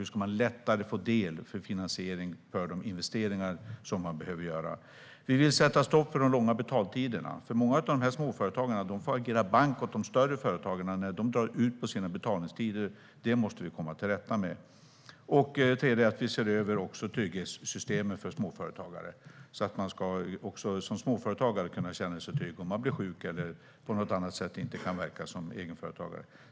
Hur ska man lättare få del av finansiering för de investeringar man behöver göra? Vi vill sätta stopp för de långa betaltiderna. Många av småföretagarna får agera bank åt de större företagen när de drar ut på sina betaltider. Detta måste vi komma till rätta med. Det tredje är att vi också ser över trygghetssystemen för småföretagare så att man även som småföretagare ska kunna känna sig trygg om man blir sjuk eller på något annat sätt inte kan verka som egenföretagare.